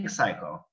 cycle